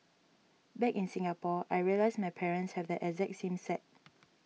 back in Singapore I realised my parents have the exact same set